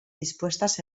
dispuestas